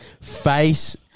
face